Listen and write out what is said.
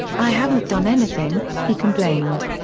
i haven't done anything, he complained.